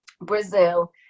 Brazil